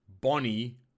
Bonnie